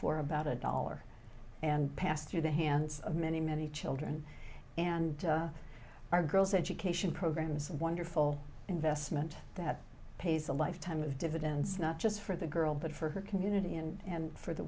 for about a dollar and passed through the hands of many many children and our girls education programs wonderful investment that pays a lifetime of dividends not just for the girl but for her community and for the